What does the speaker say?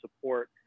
support